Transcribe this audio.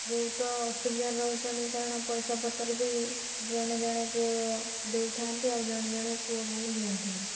ବହୁତ ଅସୁବିଧାରେ ରହୁଛନ୍ତି କାରଣ ପଇସାପତ୍ର ବି ଜଣେ ଜଣେ ପୁଅ ଦେଉଥାନ୍ତି ଆଉ ଜଣେ ଜଣେ ପୁଅ ବୋହୂ ଦିଅନ୍ତିନି